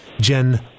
Jen